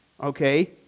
okay